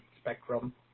spectrum